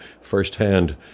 firsthand